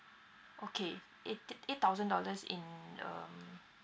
okay eight eight thousand dollars in um